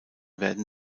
werden